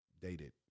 dated